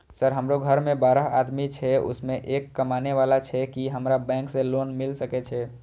Sir हमरो घर में बारह आदमी छे उसमें एक कमाने वाला छे की हमरा बैंक से लोन मिल सके छे?